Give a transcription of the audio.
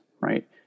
right